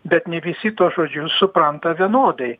bet ne visi tuos žodžius supranta vienodai